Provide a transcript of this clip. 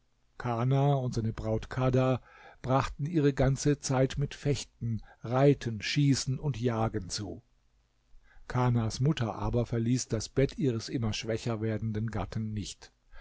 kana und seine braut kadha brachten ihre ganze zeit mit fechten reiten schießen und jagen zu kanas mutter aber verließ das bett ihres immer schwächer werdenden gatten nicht